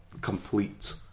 complete